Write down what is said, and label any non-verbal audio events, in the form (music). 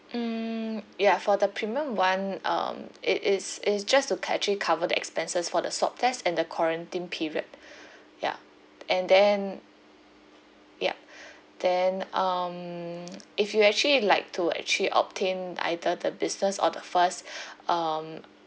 mm ya for the premium [one] um it is it is just to actually cover the expenses for the swab test and the quarantine period (breath) ya and then yup then um (noise) if you actually like to actually obtain either the business or the first um